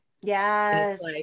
Yes